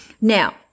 Now